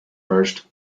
first